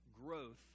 growth